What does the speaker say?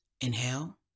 Inhale